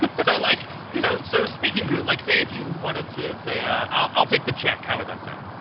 so like so so speaking groot, like say if you wanted to say yeah i'll i'll take the check, how would that sound?